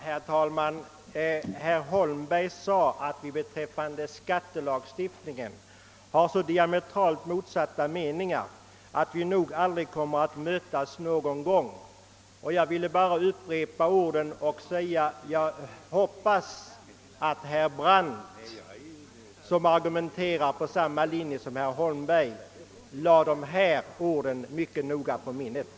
Herr talman! Herr Holmberg sade att beträffande skattelagstiftningen har vi så diametralt motsatta meningar att vi nog aldrig kommer att mötas. Då vill jag bara hoppas att herr Brandt, som här argumenterar efter samma linjer som herr Holmberg, mycket noga lade de orden på minnet.